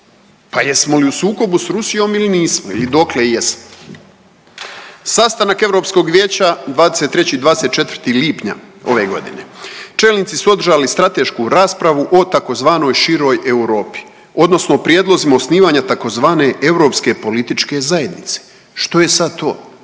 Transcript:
Pa jesmo li u sukobu s Rusijom ili nismo ili dokle jesmo? Sastanak Europskog vijeća 23., 24. lipnja ove godine, čelnici su održali stratešku raspravu o tzv. široj Europi odnosno prijedlozima osnivanja tzv. europske političke zajednice. Što je sad to?